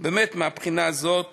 באמת מהבחינה הזאת